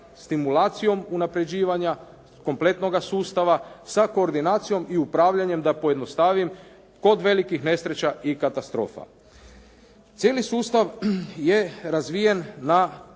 stimulacijom unapređivanja kompletnoga sustava sa koordinacijom i upravljanjem da pojednostavim kod velikih nesreća i katastrofa. Cijeli sustav je razvijen na